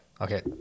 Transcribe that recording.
okay